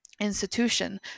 institution